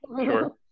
Sure